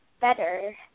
better